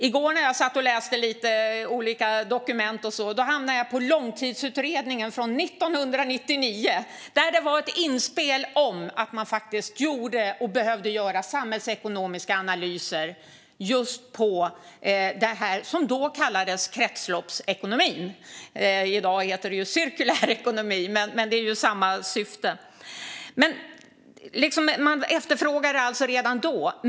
I går när jag satt och läste lite olika dokument hamnade jag i Långtidsutredningen från 1999, där det finns ett inspel om att man gjorde och behövde göra samhällsekonomiska analyser av det som då kallades kretsloppsekonomin. I dag heter det cirkulär ekonomi, men det är samma syfte. Man efterfrågade alltså detta redan då.